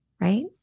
right